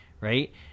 Right